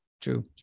true